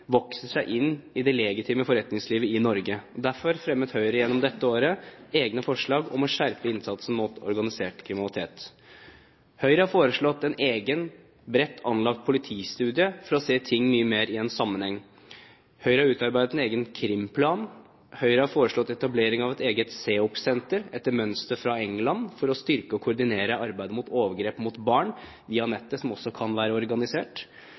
vokser seg inn i det legitime forretningslivet i Norge. Derfor fremmet Høyre dette året egne forslag om å skjerpe innsatsen mot organisert kriminalitet. Høyre har foreslått en egen bredt anlagt politistudie for å se ting mye mer i en sammenheng. Høyre har utarbeidet en egen krimplan. Høyre har foreslått etablering av et eget CEOP-senter etter mønster fra England for å styrke og koordinere arbeidet mot overgrep mot barn via nettet, som også kan være organisert.